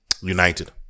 United